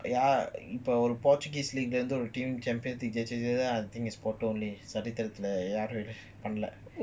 இப்போஒரு:ipo oru portuguese league யாரும்பண்ணல:yarum pannala